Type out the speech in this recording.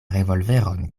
revolveron